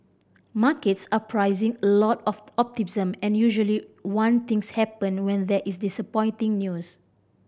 markets are pricing a lot of optimism and usually one things happen when there is disappointing news